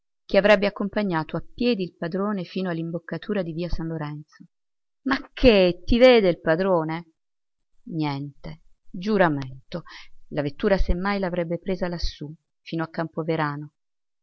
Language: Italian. che avrebbe accompagnato a piedi il padrone fino all'imboccatura di via san lorenzo ma che ti vede il padrone niente giuramento la vettura se mai l'avrebbe presa lassù fino a